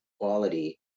quality